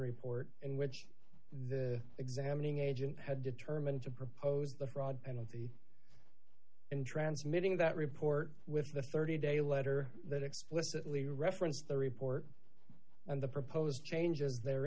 report in which the examining agent had determined to propose the fraud and in transmitting that report with the thirty day letter that explicitly referenced the report and the proposed changes there